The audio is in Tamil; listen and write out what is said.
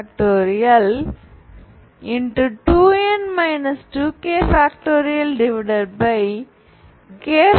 2nn k